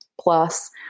plus